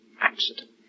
Accident